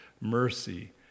mercy